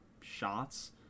shots